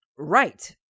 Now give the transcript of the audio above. Right